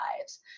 lives